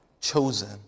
Chosen